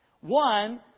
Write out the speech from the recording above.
One